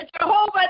Jehovah